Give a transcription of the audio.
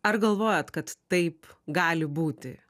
ar galvojat kad taip gali būti